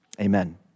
amen